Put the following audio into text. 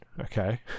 okay